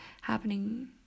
happening